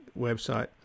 website